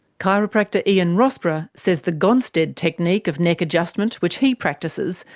chiropractor ian rossborough says the gonstead technique of neck adjustment, which he practices,